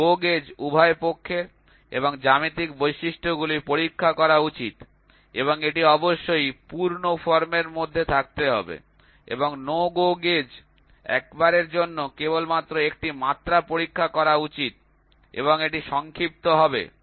একটি go gauge উভয় পক্ষের এবং জ্যামিতিক বৈশিষ্ট্যগুলি পরীক্ষা করা উচিত এবং এটি অবশ্যই পূর্ণ ফর্মের মধ্যে থাকতে হবে এবং নো গো গেজ একবারের জন্য কেবলমাত্র একটি মাত্রা পরীক্ষা করা উচিত এবং এটি সংক্ষিপ্ত হবে